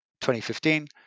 2015